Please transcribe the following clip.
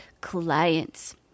clients